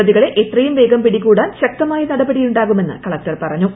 പ്രതികളെ എത്രയും വേഗം പിടികൂടാൻ ശക്തമായ നടപടി ഉണ്ടാകുമെന്ന് കലക്ടർ പറഞ്ഞു